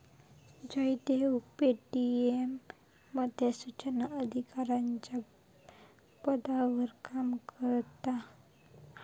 Jaydev Paytm मध्ये सुचना अधिकाराच्या पदावर काम करता हा